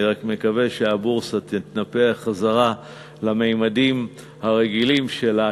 אני רק מקווה שהבורסה תתנפח חזרה לממדים הרגילים שלה,